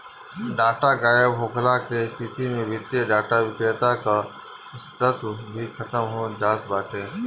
data गायब होखला के स्थिति में वित्तीय डाटा विक्रेता कअ अस्तित्व भी खतम हो जात बाटे